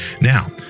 now